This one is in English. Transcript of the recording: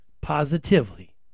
positively